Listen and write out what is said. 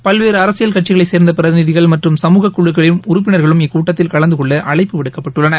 பல்வேறுஅரசியல் கட்சிகளைசேர்ந்தபிரதிநிதிகள் மற்றும் சமூக குழுக்களின் உறுப்பினர்களும் இக்கூட்டத்தில் கலந்துகொள்ளஅழைப்பு விடுக்கப்பட்டுள்ளன